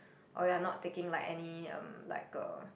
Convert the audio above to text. or you are not taking like any um like a